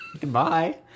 Goodbye